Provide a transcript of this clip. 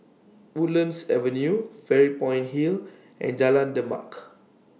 Woodlands Avenue Fairy Point Hill and Jalan Demak